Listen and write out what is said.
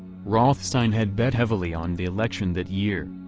rothstein had bet heavily on the election that year.